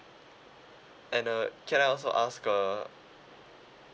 and uh can I also ask err